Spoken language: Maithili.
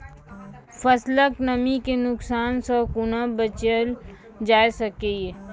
फसलक नमी के नुकसान सॅ कुना बचैल जाय सकै ये?